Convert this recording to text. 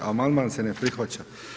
Amandman se ne prihvaća.